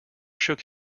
shook